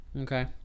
okay